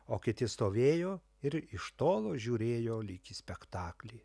o kiti stovėjo ir iš tolo žiūrėjo lyg į spektaklį